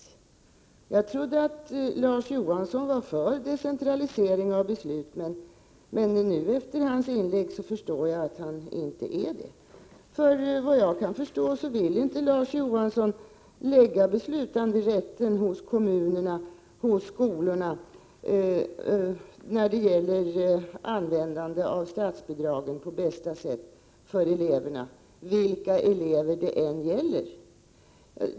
Jag trodde att Larz Johansson var för decentralisering av beslut, men efter hans inlägg förstår jag att han inte är det. Vad jag kan förstå vill inte Larz Johansson lägga beslutanderätten hos kommunerna, hos skolorna, när det gäller användande av statsbidragen på för eleverna bästa sätt, vilka elever det än gäller.